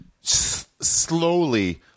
slowly